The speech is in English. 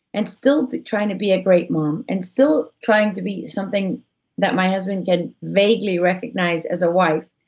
and still trying to be a great mom and still trying to be something that my husband can vaguely recognize as a wife,